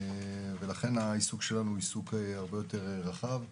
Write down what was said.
לכן העיסוק שלנו הרבה יותר רחב.